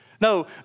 No